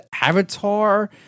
Avatar